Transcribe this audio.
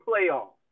playoff